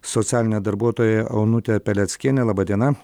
socialinė darbuotoja onutė peleckienė laba diena